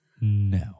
No